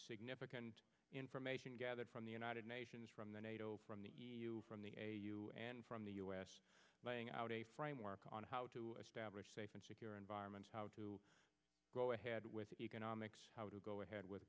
significant information gathered from the united nations from the nato from the e u from the and from the u s laying out a framework on how to establish safe and secure environments how to go ahead with economics how to go ahead with